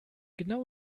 genau